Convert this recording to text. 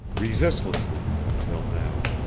resistlessly, until now.